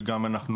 שגם אנחנו,